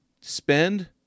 Spend